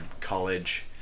college